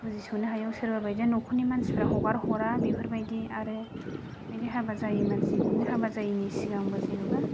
बुजिस'नो हायैयाव सोरबा बायदिया न'खरनि मानसिफोरा हगार हरा बेफोरबायदि आरो बिदि हाबा जायै मानसि बिदिनो हाबा जायैनि सिगांबो जेनेबा